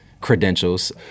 credentials